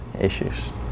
issues